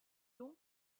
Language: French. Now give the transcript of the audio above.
donc